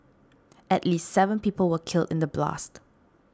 at least seven people were killed in the blast